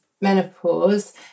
menopause